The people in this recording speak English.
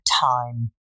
time